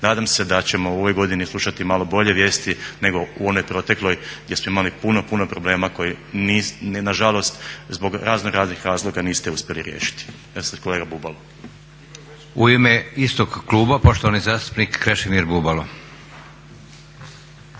Nadam se da ćemo u ovoj godini slušati malo bolje vijesti nego u onoj protekloj gdje smo imali puno, puno problema koje ni na nažalost zbog razno raznih razloga niste uspjeli riješiti. Evo sada kolega Bubalo.